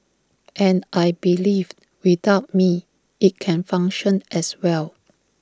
and I believe without me IT can function as well